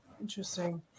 Interesting